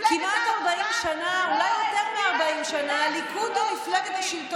מפלגת העבודה לא הצביעה לשלילת זכויות מחבלים.